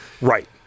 Right